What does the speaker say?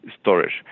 storage